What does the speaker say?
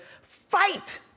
fight